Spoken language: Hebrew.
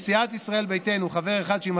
מסיעת ישראל ביתנו חבר אחד,